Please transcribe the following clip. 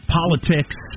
politics